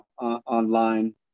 online